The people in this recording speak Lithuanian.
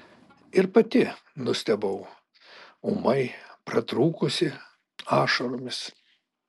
ir pati nustebau ūmai pratrūkusi ašaromis